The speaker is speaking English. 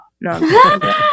No